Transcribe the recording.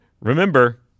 Remember